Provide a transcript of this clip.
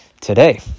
today